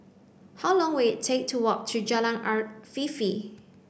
how long will it take to walk to Jalan Afifi